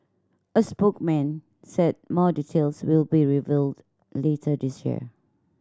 a spokesman said more details will be revealed later this year